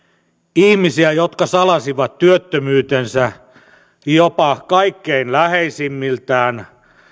ihmisiä jotka salasivat työttömyytensä jopa kaikkein läheisimmiltään